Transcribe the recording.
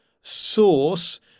source